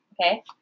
Okay